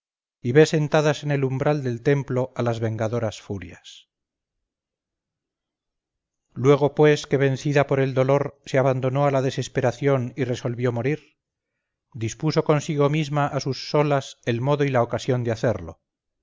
y ve sentadas en el umbral del templo a las vengadoras furias luego pues que vencida por el dolor se abandonó a la desesperación y resolvió morir dispuso consigo misma a sus solas el modo y la ocasión de hacerlo